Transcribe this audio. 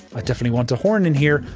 i definitely want a horn in here,